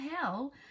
hell